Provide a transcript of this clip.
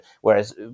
whereas